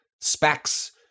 specs